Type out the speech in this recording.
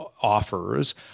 offers